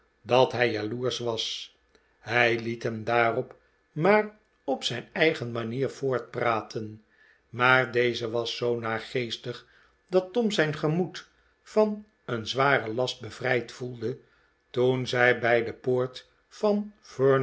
dat hij jaloersch was hij liet hem daarom maar op zijn eigen manier voortpraten maar deze was zoo naargeestig dat tom zijn gemoed van een z war en last bevrijd voelde toen zij bij de poort van